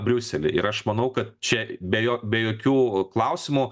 briuselį ir aš manau kad čia be jo be jokių klausimų